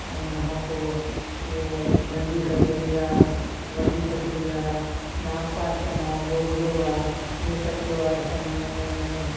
ऐं उन खां पोइ इहो नंढी थधिड़ी आहे वॾी थधिड़ी आहे नागपंचम आहे गोगड़ो आहे इहो सभु त्योहार असां मल्हाईंदा आहियूं उन में